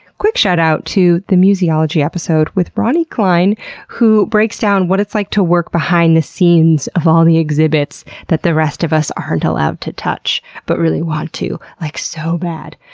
quick shout out to the museology episode with ronnie cline who breaks down what it's like to work behind the scenes of all the exhibits that the rest of us aren't allowed to touch but really want to like, sooo so bad.